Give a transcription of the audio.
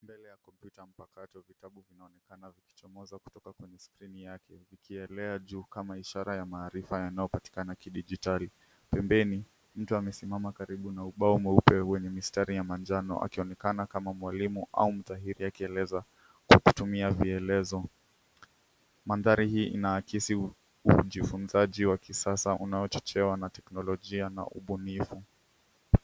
Mbele ya kompyuta mpakato, vitabu vinaonekana vikichomoza kutoka kwenye skrini yake vikielea juu kama ishara ya maarifa yanayopatikana kidijitali. Pembeni, mtu amesimama karibu na ubao mweupe wenye mistari ya manjano, akionekana kama mwalimu au mtahini akieleza kwa kutumia vielezo. Mandhari hii inaakisi ujifunzaji wa kisasa unaochochewa na teknolojia na ubunifu.